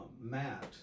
Matt